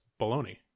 baloney